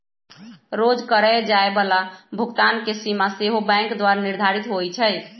रोज करए जाय बला भुगतान के सीमा सेहो बैंके द्वारा निर्धारित होइ छइ